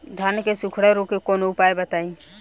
धान के सुखड़ा रोग के कौनोउपाय बताई?